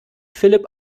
philipp